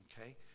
Okay